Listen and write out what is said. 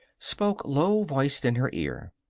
spoke low-voiced in her ear.